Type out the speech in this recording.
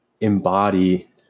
embody